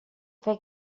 fer